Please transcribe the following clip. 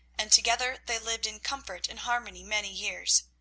and together they lived in comfort and harmony many years.